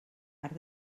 arc